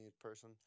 person